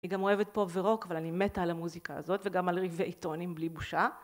אני גם אוהבת פופ ורוק אבל אני מתה על המוזיקה הזאת וגם על ריגי טונים בלי בושה.